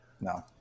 No